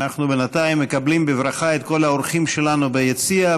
אנחנו בינתיים מקבלים בברכה את כל האורחים שלנו ביציע,